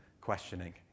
questioning